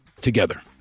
together